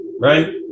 right